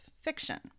fiction